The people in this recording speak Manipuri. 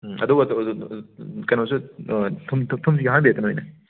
ꯑꯗꯨꯒ ꯀꯩꯅꯣꯁꯨ ꯊꯨꯝ ꯊꯨꯝꯁꯨ ꯌꯥꯛꯍꯟꯕꯤꯔꯛꯀꯅꯨ ꯏꯅꯦ